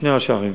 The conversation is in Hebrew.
שני ראשי ערים,